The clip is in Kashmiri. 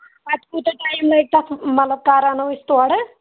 اَتہِ کوٗتاہ ٹایم لَگہِ تَتھ مطلب کر اَنو أسۍ تورٕ